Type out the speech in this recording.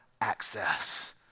access